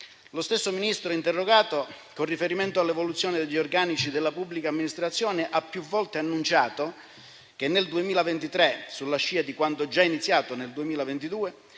Lo stesso Ministro interrogato, con riferimento all'evoluzione degli organici della pubblica amministrazione, ha più volte annunciato che nel 2023, sulla scia di quanto già iniziato nel 2022,